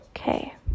Okay